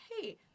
hey